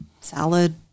salad